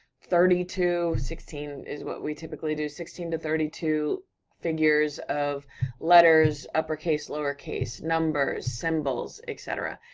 thirty two, sixteen is what we typically do, sixteen to thirty two figures of letters, uppercase, lowercase, numbers, symbols, et cetera.